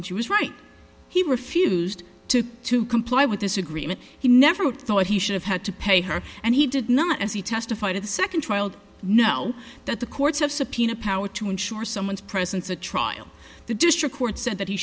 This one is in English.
and she was right he refused to comply with this agreement he never thought he should have had to pay her and he did not as he testified in the second trial know that the courts have subpoena power to ensure someone's presence a trial the district court said that he